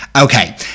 okay